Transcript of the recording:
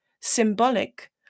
symbolic